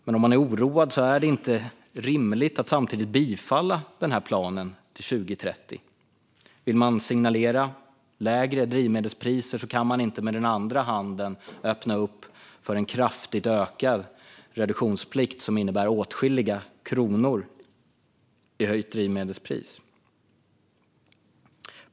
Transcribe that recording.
Men om man är oroad är det inte rimligt att samtidigt bifalla den här planen till 2030. Vill man signalera lägre drivmedelspriser kan man inte med den andra handen öppna upp för en kraftigt ökad reduktionsplikt som innebär att drivmedelspriserna höjs med åtskilliga kronor.